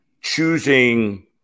choosing